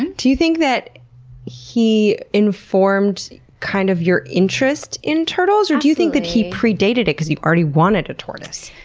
and do you think that he informed kind of your interest in turtles? or do you think he predated it because you already wanted a tortoise?